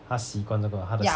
他习惯这个他的